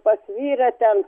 pas vyrą ten